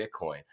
Bitcoin